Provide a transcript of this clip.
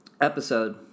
episode